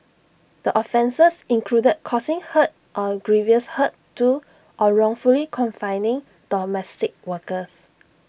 the offences included causing hurt or grievous hurt to or wrongfully confining domestic workers